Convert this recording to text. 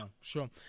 sure